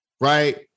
right